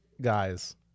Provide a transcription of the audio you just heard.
guys